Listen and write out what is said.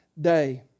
day